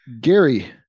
Gary